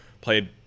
played